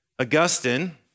Augustine